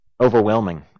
overwhelming